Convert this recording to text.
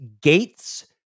Gates